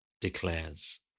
declares